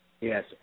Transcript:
Yes